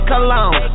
Cologne